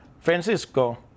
Francisco